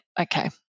Okay